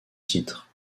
titre